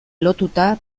lotuta